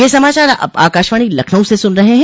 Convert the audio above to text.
ब्रे क यह समाचार आप आकाशवाणी लखनऊ से सुन रहे हैं